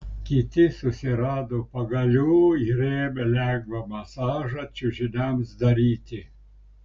kiti susirado pagalių ir ėmė lengvą masažą čiužiniams daryti